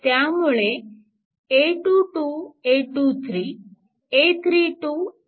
त्यामुळे उरते